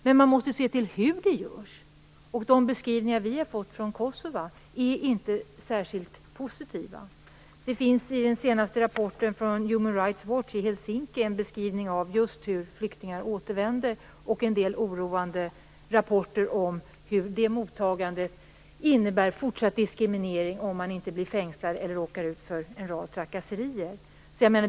Men man måste se på hur det görs. De beskrivningar som vi har fått från Kosova är inte särskilt positiva. I den senaste rapporten från Human Rights Watch i Helsinki en beskrivning just av hur flyktingar återvänder och av hur det mottagandet innebär fortsatt diskriminering om man inte blir fängslad eller blir utsatt för trakasserier.